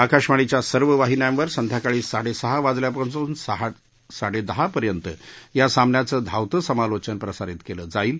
आकाशवाणीच्या सर्व वाहिन्यांवर संध्याकाळी साडेसहा वाजल्यापासून साडेदहा पर्यंत या सामन्याचं धावतं समालोचन प्रसारित केलं जाईल